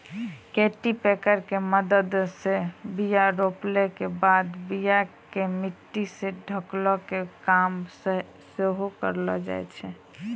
cultipacker के मदत से बीया रोपला के बाद बीया के मट्टी से ढकै के काम सेहो करै छै